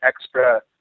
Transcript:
extra